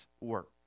work